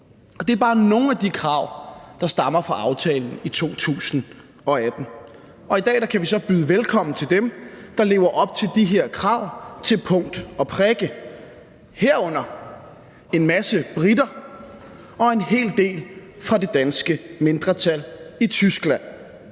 Det er bare nogle af de krav, der stammer fra aftalen i 2018, og i dag kan vi så byde velkommen til dem, der lever op til de her krav til punkt og prikke, herunder en masse briter og en hel del fra det danske mindretal i Tyskland.